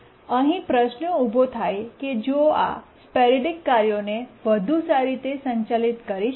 અહીં પ્રશ્ન ઊભો થાય કે જો આ સ્પોરૈડિક કાર્યોને વધુ સારી રીતે સંચાલિત કરી શકાય